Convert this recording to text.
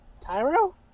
tyro